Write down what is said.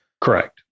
Correct